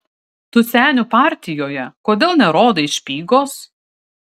tu senių partijoje kodėl nerodai špygos